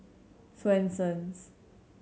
Swensens